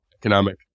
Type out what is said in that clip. economic